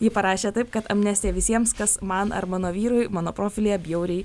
ji parašė taip kad amnestija visiems kas man ar mano vyrui mano profilyje bjauriai